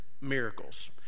miracles